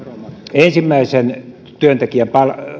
ensimmäisen työntekijän